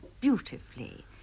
beautifully